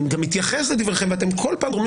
אני גם מתייחס לדבריכם ואתם כל פעם גורמים